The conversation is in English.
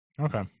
okay